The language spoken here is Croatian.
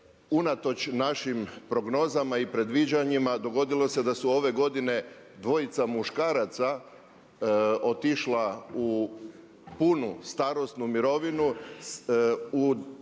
unatoč našim prognozama i predviđanjima dogodilo se da su ove godine dvojica muškaraca otišla u punu starosnu mirovinu u dobi